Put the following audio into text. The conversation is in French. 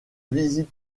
visite